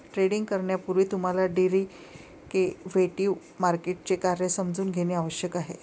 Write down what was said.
trading करण्यापूर्वी तुम्हाला derivative मार्केटचे कार्य समजून घेणे आवश्यक आहे